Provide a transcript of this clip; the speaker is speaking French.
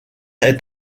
est